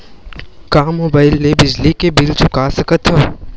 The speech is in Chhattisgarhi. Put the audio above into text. का मुबाइल ले बिजली के बिल चुका सकथव?